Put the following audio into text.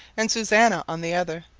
and susannah on the other,